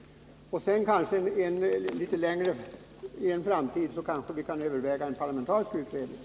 Litet längre fram kan vi kanske överväga frågan om en parlamentarisk utredning.